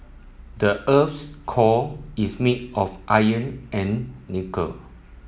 the earth's core is made of iron and nickel